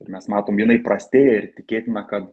ir mes matom jinai prastėja ir tikėtina kad